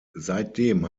seitdem